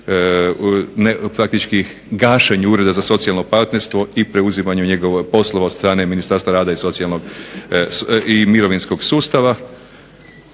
praktički gašenju Ureda za socijalno partnerstvo i preuzimanju njegovih poslova od strane Ministarstva rada i mirovinskog sustava.